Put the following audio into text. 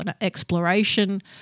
exploration